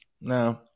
No